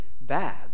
bad